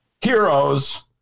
heroes